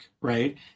right